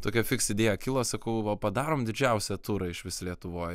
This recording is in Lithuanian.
tokia fiks idėja kilo sakau va padarom didžiausią turą išvis lietuvoj